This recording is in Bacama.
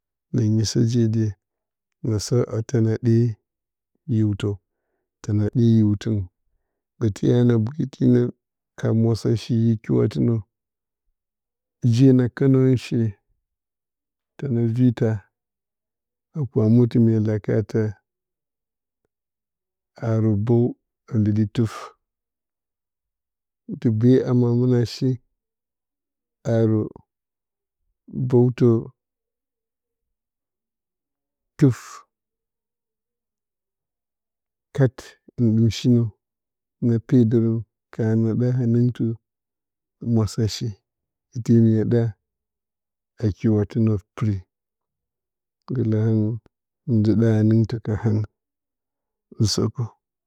Na nysə je de na sa a təna ɗɛ hiwtə təna ɗe hiwtə ɓə tɨ ya na boyə dinɨn ka mwasashi ye kiwatɨnə je na kənərən she tənə vi taa a kwamatə mya laka taa harwu-ɓəw a mbiɗi-tɨf dɨ be ama a mɨna shi haru-ɓəw-tə-tɨf kal hin ɗɨm shi nə na pedərən. Karən na ɗa hanɨng tɨ mwasashi ite mya ɗa a kiwatɨnə pɨri gəkələ hanɨngɨn na dɨ ɗa hanɨngtə ka hangɨn usəkə.